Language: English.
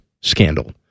scandal